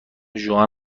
ژوئن